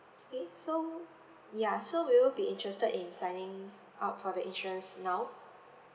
okay so ya so will you be interested in signing up for the insurance now